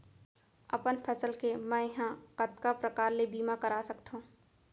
अपन फसल के मै ह कतका प्रकार ले बीमा करा सकथो?